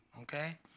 okay